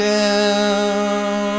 down